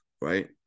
right